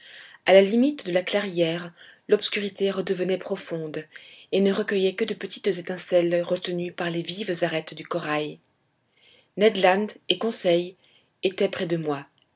a la limite de la clairière l'obscurité redevenait profonde et ne recueillait que de petites étincelles retenues par les vives arêtes du corail ned land et conseil étaient près de moi